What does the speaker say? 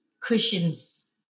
cushions